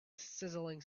sizzling